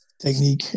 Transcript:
technique